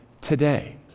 today